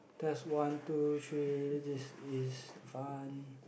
test one two three this is fun